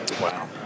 Wow